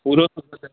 पूरो